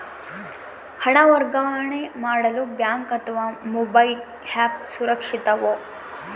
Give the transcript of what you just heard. ಹಣ ವರ್ಗಾವಣೆ ಮಾಡಲು ಬ್ಯಾಂಕ್ ಅಥವಾ ಮೋಬೈಲ್ ಆ್ಯಪ್ ಸುರಕ್ಷಿತವೋ?